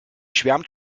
schwärmt